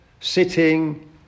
sitting